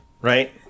right